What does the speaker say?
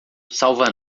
salva